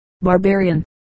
barbarian